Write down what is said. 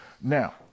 Now